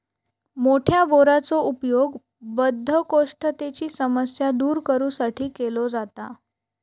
मोठ्या बोराचो उपयोग बद्धकोष्ठतेची समस्या दूर करू साठी केलो जाता